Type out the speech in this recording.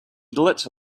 lit